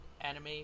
anime